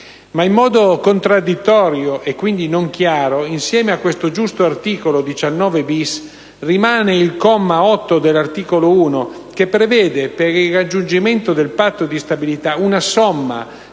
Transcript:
In modo contraddittorio e quindi non chiaro, però, insieme a questo giusto articolo 19-*bis* rimane il comma 8 dell'articolo 1, che prevede, per il raggiungimento del patto di stabilità, una somma